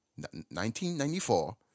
1994